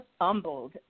humbled